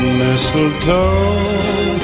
mistletoe